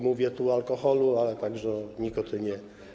Mówię tu o alkoholu, ale także o nikotynie.